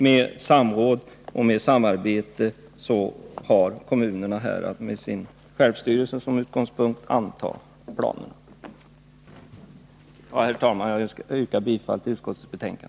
Med samråd och samarbete skall kommunerna nu med sin självstyrelse som utgångspunkt anta planerna. Herr talman! Jag yrkar bifall till utskottets hemställan.